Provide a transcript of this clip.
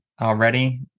already